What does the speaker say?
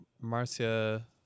marcia